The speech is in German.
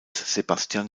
sebastian